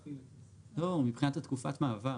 מבחינת הוראת מעבר.